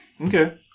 Okay